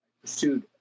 pursued